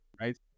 right